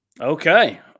Okay